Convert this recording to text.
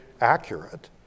accurate